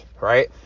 right